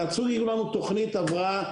תציגו לנו תוכנית הבראה,